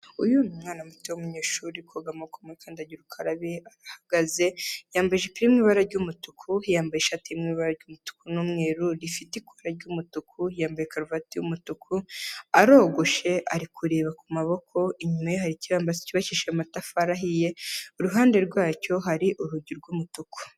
Uyu mwana muto w'umunyeshuri uri koga amaboko muri kandagira ukarabe ahagaze yambaye ijipo irimo ibara ry'umutuku yambaye ishati irimo ibara ry'umutuku n'umweru rifite ikora ry'umutuku yambaye karuvati y'umutuku arogoshe ari kureba ku maboko inyuma hari ikibambazi cy'ubakisha amatafari ahiye iruhande rwacyo hari urugi rw'umutuku.